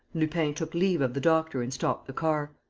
lupin took leave of the doctor and stopped the car.